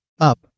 Up